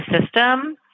system